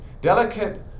delicate